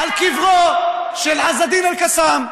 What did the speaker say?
על קברו של עז א-דין אל-קסאם,